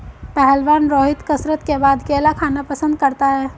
पहलवान रोहित कसरत के बाद केला खाना पसंद करता है